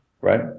Right